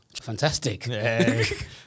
Fantastic